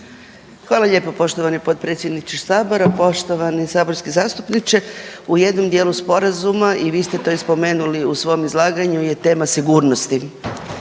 Hvala lijepo poštovani potpredsjedniče Sabora. Poštovani saborski zastupniče, u jednom dijelu Sporazuma i vi ste to i spomenuli u svom izlaganju je tema sigurnosti.